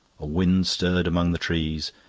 a wind stirred among the trees,